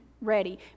ready